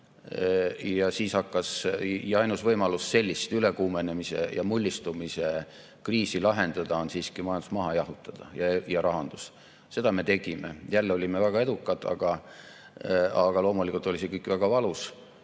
hüüdis tulles. Ainus võimalus sellist ülekuumenemise ja mullistumise kriisi lahendada on siiski majandus ja rahandus maha jahutada. Seda me tegime. Jälle olime väga edukad, aga loomulikult oli see kõik väga valus.